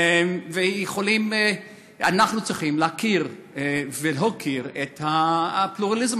ואנחנו צריכים להכיר ולהוקיר את הפלורליזם